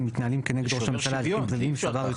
מתנהלים נגד ראש הממשלה תיקים פליליים וסבר היועץ